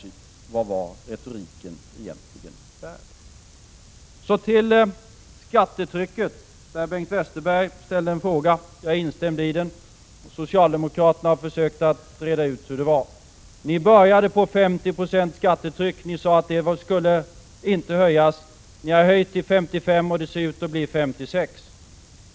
Vad var retoriken egentligen värd? Så till frågan om skattetrycket, där Bengt Westerberg ställde en fråga som jag instämmer i. Socialdemokraterna har försökt att reda ut hur det var. Ni började med ett skattetryck på 50 90. Ni sade att det inte skulle höjas. Ni har höjt det till 55 90 och det ser ut att bli 56 20.